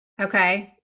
Okay